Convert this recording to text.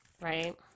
Right